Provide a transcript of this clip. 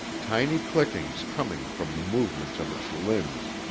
tiny clickings coming from the movements of its limbs.